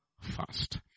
fast